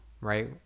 right